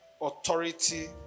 authority